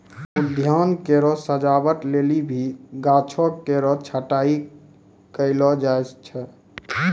उद्यान केरो सजावट लेलि भी गाछो केरो छटाई कयलो जाय छै